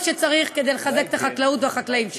שצריך כדי לחזק את החקלאות ואת החקלאים שלנו.